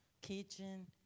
kitchen